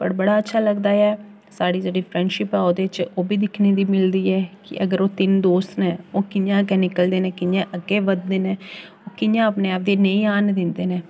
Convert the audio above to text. होर बड़ा अच्छा लगदा ऐ साढ़ी जेह्ड़ी फ्रेंडशिप ऐ ओह्दे बिच ओह् बी दिक्खनें गी मिलदी ऐ कि अगर ओह् तिन्न दोस्त न ओह् कि'यां अग्गें निकलदे न कि'यां अग्गें बधदे न ओह् कि'यां अपने आप गी निं हारन दिंदे न